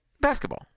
basketball